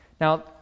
Now